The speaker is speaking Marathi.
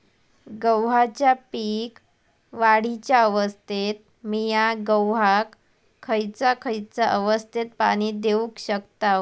गव्हाच्या पीक वाढीच्या अवस्थेत मिया गव्हाक खैयचा खैयचा अवस्थेत पाणी देउक शकताव?